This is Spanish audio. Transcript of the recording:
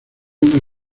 una